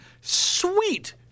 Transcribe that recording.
sweet